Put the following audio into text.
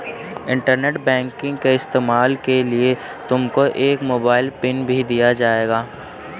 internet banking के इस्तेमाल के लिए तुमको एक मोबाइल पिन भी दिया जाएगा